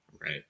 Right